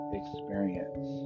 experience